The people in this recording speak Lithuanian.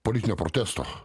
politinio protesto